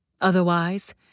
Otherwise